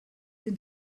sind